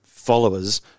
followers